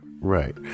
Right